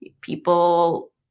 people